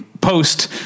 post